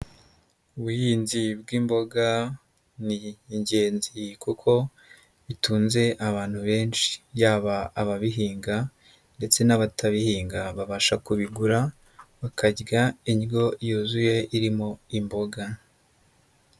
Ubuhinzi bw'imboga ni ingenzi kuko bitunze abantu benshi, yaba ababihinga ndetse n'abatabihinga babasha kubigura bakarya indyo yuzuye irimo imboga.